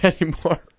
anymore